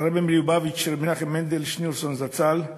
הרבי מלובביץ', רבי מנחם מנדל שניאורסון זצ"ל.